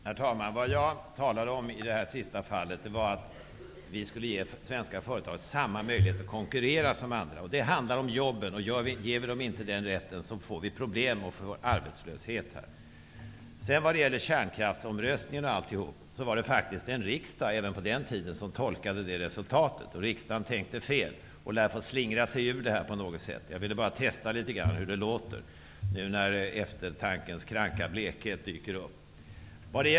Herr talman! Vad jag talade om i detta sista fall var att vi skulle ge svenska företag samma möjligheter att konkurrera som företag i andra länder. Det handlar om jobben. Och ger vi dem inte den rätten, får vi problem och arbetslöshet här. När det gäller kärnkraftsomröstningen var det faktiskt riksdagen även på den tiden som tolkade det resultatet. Och riksdagen tänkte fel och lär få slingra sig ur detta på något sätt. Jag ville bara testa litet grand hur det låter nu när eftertankens kranka blekhet dyker upp.